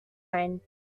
rind